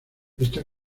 esta